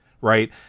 right